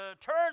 turn